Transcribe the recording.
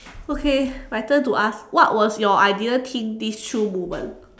okay my turn to ask what was your I didn't think this through moment